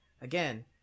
again